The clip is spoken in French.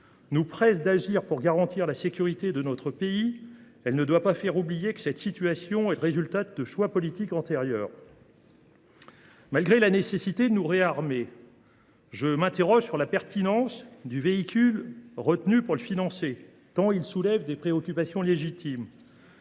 nous presse d’agir pour garantir la sécurité de notre pays, elle ne doit pas faire oublier que cette situation est le résultat de choix politiques antérieurs. Malgré la nécessité de ce réarmement, je m’interroge sur la pertinence du véhicule retenu pour le financer, tant ce dernier soulève des préoccupations légitimes.